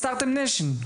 סטארט-אפ ניישן.